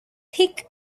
thick